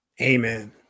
Amen